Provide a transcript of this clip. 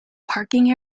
parking